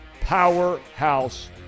powerhouse